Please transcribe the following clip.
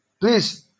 please